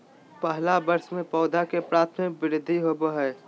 पहला वर्ष में पौधा के प्राथमिक वृद्धि होबो हइ